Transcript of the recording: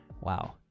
wow